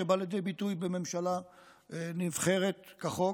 שבא לידי ביטוי בממשלה נבחרת כחוק,